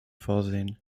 vorsehen